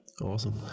Awesome